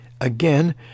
Again